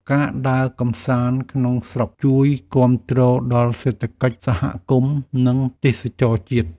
ការដើរកម្សាន្តក្នុងស្រុក ជួយគាំទ្រដល់សេដ្ឋកិច្ចសហគមន៍ និងទេសចរណ៍ជាតិ។